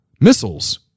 missiles